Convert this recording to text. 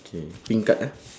K pink card ah